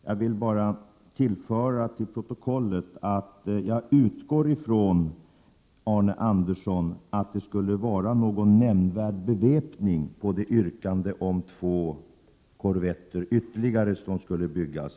Jag vill bara föra till protokollet att jag utgår från att det skulle förekomma någon form av nämnvärd beväpning på de ytterligare två korvetter som skulle byggas.